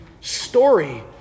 story